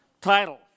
title